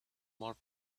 more